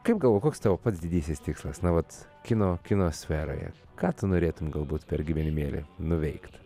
kaip galvoji koks tavo pats didysis tikslas na vat kino kino sferoje ką tu norėtum galbūt per gyvenimėlį nuveikt